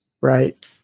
right